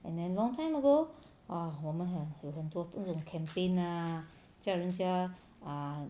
and then long time ago err 我们很有很多不懂 campaign ah 叫人家 ah